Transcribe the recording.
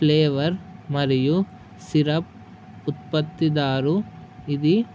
flavour మరియు syrup ఉత్పత్తిదారు ఇది